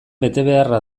betebeharra